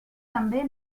també